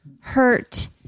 hurt